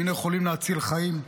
היינו יכולים להציל חיים.